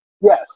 Yes